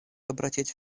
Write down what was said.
обратить